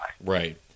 Right